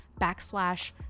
backslash